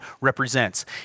represents